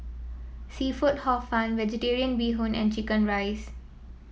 seafood Hor Fun vegetarian Bee Hoon and chicken rice